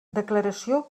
declaració